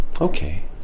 Okay